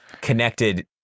connected